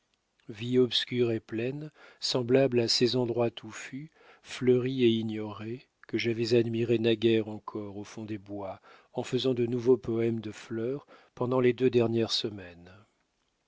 vie obscure et pleine semblable à ces endroits touffus fleuris et ignorés que j'avais admirés naguère encore au fond des bois en faisant de nouveaux poèmes de fleurs pendant les deux dernières semaines